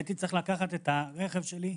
הייתי צריך לקחת את הרכב שלי,